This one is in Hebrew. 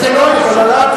בממשלה זה לא פוליטיקאים?